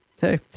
hey